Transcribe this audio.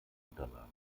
unterlagen